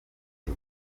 ati